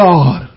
God